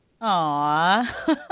Aw